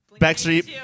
Backstreet